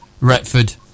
Retford